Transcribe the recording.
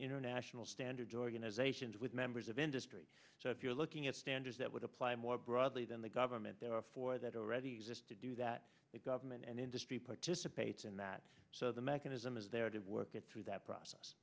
international standards organisations with members of industry so if you're looking at standards that would apply more broadly than the government there are four that already exist to do that the government and industry participates in that the mechanism is there to get through that process